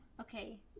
okay